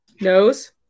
Nose